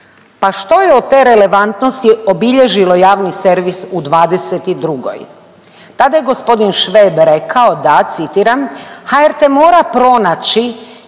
Pa što je od te relevantnosti obilježilo javni servis u '22.? Tada je gospodin Šveb rekao, da citiram,